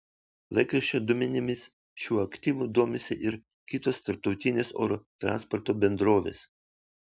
laikraščio duomenimis šiuo aktyvu domisi ir kitos tarptautinės oro transporto bendrovės